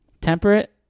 temperate